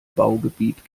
baugebiet